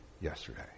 yesterday